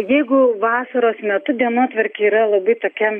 jeigu vasaros metu dienotvarkė yra labai tokia